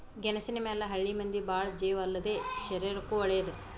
ಗೆಣಸಿನ ಮ್ಯಾಲ ಹಳ್ಳಿ ಮಂದಿ ಬಾಳ ಜೇವ ಅಲ್ಲದೇ ಶರೇರಕ್ಕೂ ವಳೇದ